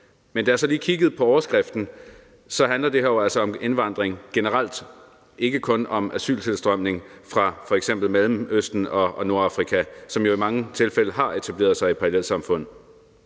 men da jeg så kiggede på overskriften, så jeg, at det handler om indvandring generelt og ikke kun om asyltilstrømning fra f.eks. Mellemøsten og Nordafrika, hvorfra man jo i mange tilfælde har etableret sig i parallelsamfund.